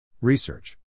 Research